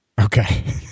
okay